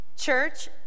Church